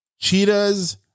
cheetahs